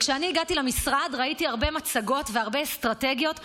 כשאני הגעתי למשרד ראיתי הרבה מצגות והרבה אסטרטגיות ותוכניות,